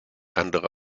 andere